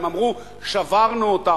הם אמרו: שברנו אותם.